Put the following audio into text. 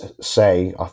say